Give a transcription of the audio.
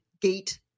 gate